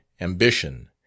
ambition